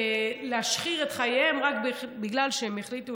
להשחיר את חייהם רק בגלל שהם החליטו,